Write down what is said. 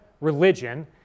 religion